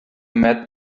met